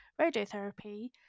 radiotherapy